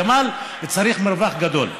הגמל צריך מרווח גדול.